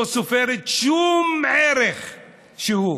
לא סופרת שום ערך שהוא.